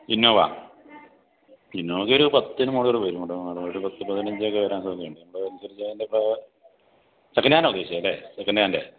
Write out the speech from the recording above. Innova ഇന്നോവയ്ക്ക് ഒരു പത്തിനു മുകളിൽ റേറ്റ് ഉണ്ടാകും പത്ത് പതിനഞ്ചൊക്കെ വരാൻ സാധ്യതയുണ്ട് ഇപ്പോൾ റേറ്റ് അനുസരിച്ച് എൻ്റെ അഭിപ്രായം സെക്കൻ്റ് ഹാൻറ്റാണ് ഉദ്ദേശിച്ചത് അല്ലെ സെക്കൻ്റ് ഹാൻഡ്